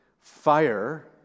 Fire